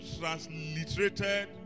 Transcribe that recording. transliterated